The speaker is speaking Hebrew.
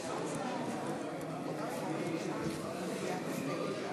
אנחנו עוברים להצעת